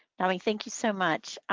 dami thank you so much.